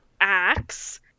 Axe